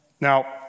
Now